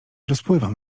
rozpływam